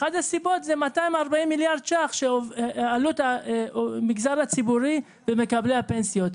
אחת הסיבות היא 240 מיליארד ש"ח עלות המגזר הציבורי ומקבלי הפנסיות.